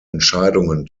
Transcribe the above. entscheidungen